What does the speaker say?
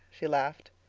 she laughed.